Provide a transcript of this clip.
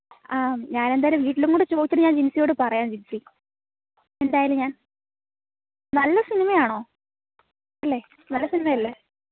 ആ ഞാൻ എന്തായാലും വീട്ടിലും കൂടെ ചോദിച്ചിട്ട് ഞാൻ ജിൻസിയോട് പറയാം ജിൻസി എന്തായാലും ഞാൻ നല്ല സിനിമ ആണോ അല്ലേ നല്ല സിനിമ അല്ലേ